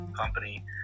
company